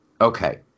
Okay